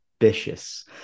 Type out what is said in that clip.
Ambitious